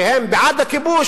שהם בעד הכיבוש,